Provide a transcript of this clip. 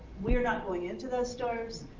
we're not going into those stores.